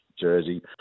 jersey